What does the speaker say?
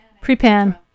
pre-pan